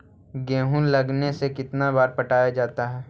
गेहूं लगने से कितना बार पटाया जाता है?